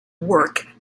work